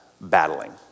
battling